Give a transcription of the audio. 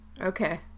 Okay